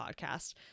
podcast